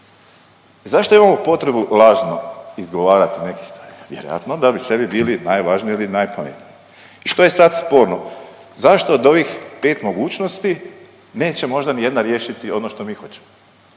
Zašto imamo potrebu lažno izgovarati neke stvari? Vjerojatno da bi sebi bili najvažniji ili najpametniji. I što je sad sporno, zašto od ovih pet mogućnosti neće možda ni jedna riješiti ono što mi hoćemo?